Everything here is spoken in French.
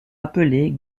appelée